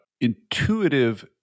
intuitive